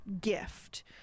gift